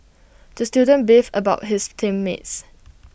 the student beefed about his team mates